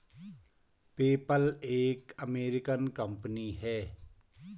PayPal एक American company है